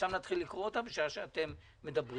עכשיו נתחיל לקרוא אותה בשעה שאתם מדברים.